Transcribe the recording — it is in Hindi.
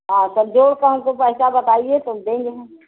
हाँ सब जोड़ कर हमको सब पैसा बताइए तब देंगे हम